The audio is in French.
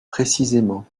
précisément